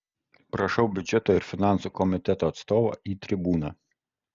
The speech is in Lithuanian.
prašau biudžeto ir finansų komiteto atstovą į tribūną